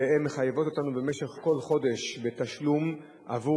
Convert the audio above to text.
ומחייבות אותנו כל חודש בתשלום עבור